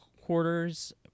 quarters